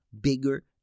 bigger